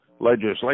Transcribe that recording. legislation